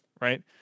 right